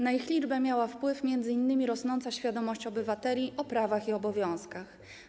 Na ich liczbę miała wpływ m.in. rosnąca świadomość obywateli o prawach i obowiązkach.